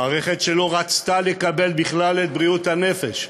מערכת שלא רצתה לקבל בכלל את בריאות הנפש.